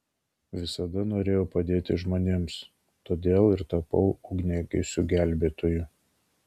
visada norėjau padėti žmonėms todėl ir tapau ugniagesiu gelbėtoju